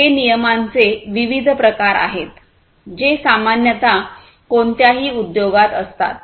हे नियमांचे विविध प्रकार आहेत जे सामान्यत कोणत्याही उद्योगात असतात